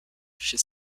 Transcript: she